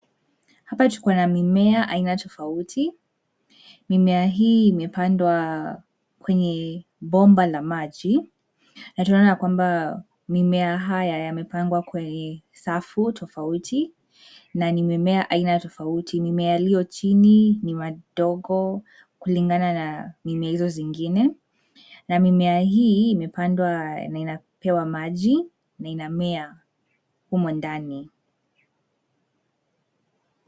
Hapa tuko na mimea aina tofauti. Mimea hii imepandwa kwenye bomba la maji. Na tunaona ya kwamba mimea haya yamepangwa kwenye safu tofauti, na ni mimea aina tofauti. Mimea iliyo chini ni madogo kulingana na mimea hizo zingine, na mimea hii imepandwa na inapewa maji na inamea humo ndani.